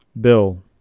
Bill